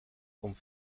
vom